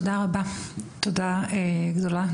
תודה רבה,